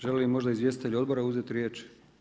Žele li možda izvjestitelji odbora uzeti riječ?